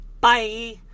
bye